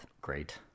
great